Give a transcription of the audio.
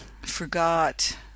forgot